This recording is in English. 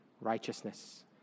righteousness